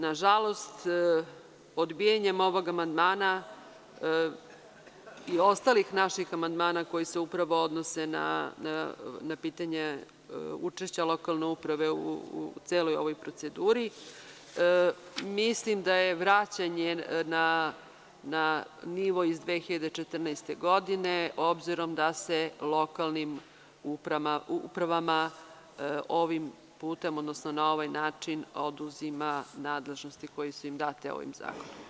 Nažalost, odbijanjem ovog amandmana i ostalih naših amandmana, koji se upravo odnose na pitanje učešća lokalne uprave u celoj ovoj proceduri, mislim da je vraćanje na nivo iz 2014. godine, obzirom da se lokalnim upravama ovim putem, odnosno na ovaj način oduzimaju nadležnosti koje su im date ovim zakonom.